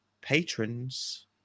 patrons